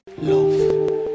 love